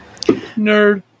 Nerd